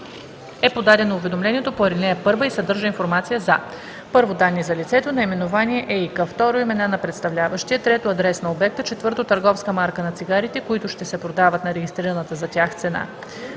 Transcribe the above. е подадено уведомлението по ал. 1 и съдържа информация за: 1. данни за лицето – наименование, ЕИК; 2. имена на представляващия; 3. адрес на обекта; 4. търговска марка на цигарите, които ще се продават на регистрираната за тях цена;